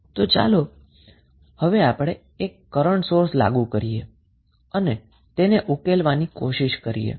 તો ચાલો હવે આપણે એક કરન્ટ સોર્સ લાગુ કરીએ અને તેને ઉકેલવા ની કોશિષ કરીએ